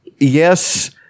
Yes